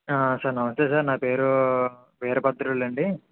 sir నమస్తే sir నా పేరు వీరభద్రులండి